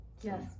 Yes